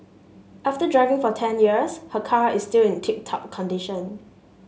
after driving for ten years her car is still in tip top condition